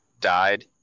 died